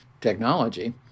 technology